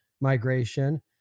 migration